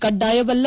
ಕಡ್ಡಾಯವಲ್ಲ